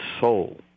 soul